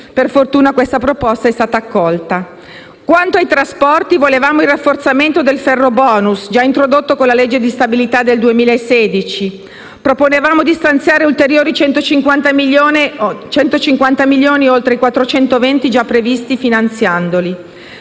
Per fortuna, questa proposta è stata accolta. Quanto ai trasporti, volevamo il rafforzamento del ferrobonus, già introdotto con la legge di stabilità 2016. Proponevamo di stanziare ulteriori 150 milioni oltre i 420 già previsti finanziandoli.